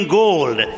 gold